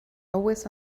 always